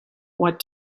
what